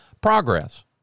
progress